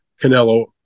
Canelo